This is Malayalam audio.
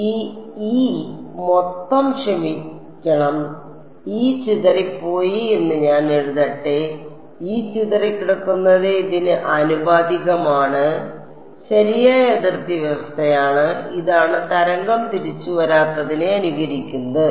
ഈ E മൊത്തം ക്ഷമിക്കണം E ചിതറിപ്പോയി എന്ന് ഞാൻ എഴുതട്ടെ E ചിതറിക്കിടക്കുന്നത് ഇതിന് ആനുപാതികമാണ് ശരിയായ അതിർത്തി വ്യവസ്ഥയാണ് ഇതാണ് തരംഗം തിരിച്ചുവരാത്തതിനെ അനുകരിക്കുന്നത്